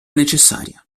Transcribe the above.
necessaria